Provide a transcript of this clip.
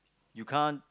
you can't